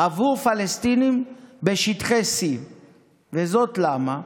עבור פלסטינים בשטחי C. וזאת למה?